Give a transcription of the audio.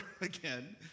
again